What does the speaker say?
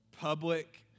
public